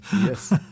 Yes